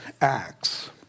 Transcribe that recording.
Acts